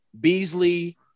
Beasley